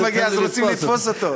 עד שהוא מגיע, אז רוצים לתפוס אותו.